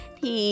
Thì